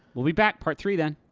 we'll be back. part three, then.